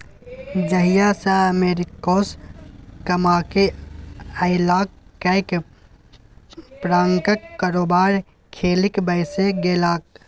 जहिया सँ अमेरिकासँ कमाकेँ अयलाह कैक प्रकारक कारोबार खेलिक बैसि गेलाह